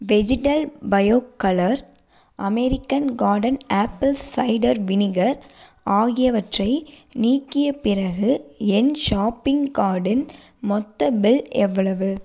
vegetal bio colour American garden apple cider vinegar ஆகியவற்றை நீக்கிய பிறகு என் ஷாப்பிங் கார்டின் மொத்த பில் எவ்வளவு